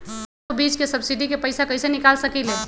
सरसों बीज के सब्सिडी के पैसा कईसे निकाल सकीले?